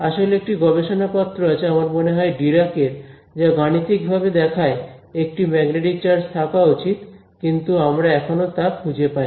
আসলেএকটি গবেষণাপত্র আছে আমার মনে হয় ডিরাক এর যা গাণিতিকভাবে দেখায় একটি ম্যাগনেটিক চার্জ থাকা উচিত কিন্তু আমরা এখনো তা খুঁজে পাইনি